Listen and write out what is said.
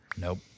Nope